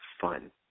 fun